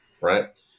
right